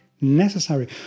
necessary